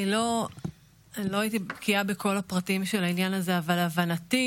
אנחנו נצביע בעניין הזה להרחבת הממשלה,